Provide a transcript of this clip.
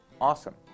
awesome